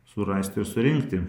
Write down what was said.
surast ir surinkti